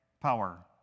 power